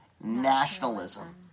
nationalism